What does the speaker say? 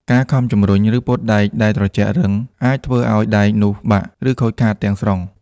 ការខំជម្រុញ ឬពត់ដែកដែលត្រជាក់រឹង អាចនឹងធ្វើឱ្យដែកនោះបាក់ ឬខូចខាតទាំងស្រុង។